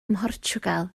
mhortiwgal